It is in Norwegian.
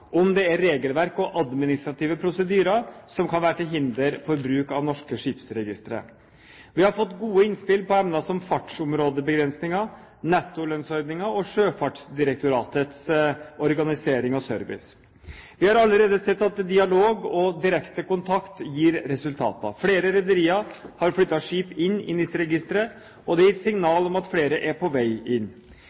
om det er regelverk og administrative prosedyrer som kan være til hinder for bruk av norske skipsregistre. Vi har fått gode innspill på emner som fartsområdebegrensningen, nettolønnsordningen og Sjøfartsdirektoratets organisering og service. Vi har allerede sett at dialog og direkte kontakt gir resultater. Flere rederier har flyttet skip inn i NIS-registeret, og det er gitt signal om at flere er på vei inn.